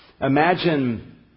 Imagine